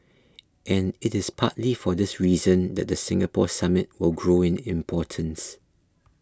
and it is partly for this reason that the Singapore Summit will grow in importance